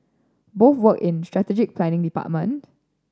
both worked in strategic planning department